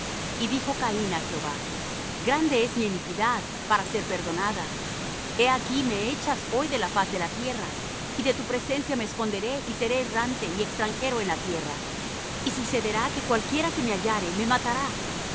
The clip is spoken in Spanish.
y dijo caín á jehová grande es mi iniquidad para ser perdonada he aquí me echas hoy de la faz de la tierra y de tu presencia me esconderé y seré errante y extranjero en la tierra y sucederá que cualquiera que